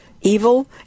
evil